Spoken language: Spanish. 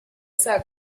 esa